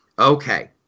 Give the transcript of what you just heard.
Okay